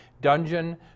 dungeon